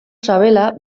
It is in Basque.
sabela